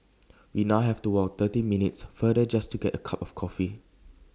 we now have to walk twenty minutes further just to get A cup of coffee